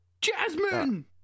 Jasmine